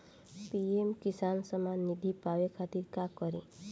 PM Kisan Samman Nidhi पावे खातिर का करी?